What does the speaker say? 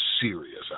Serious